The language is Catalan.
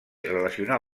relacionar